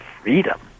freedom